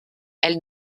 elle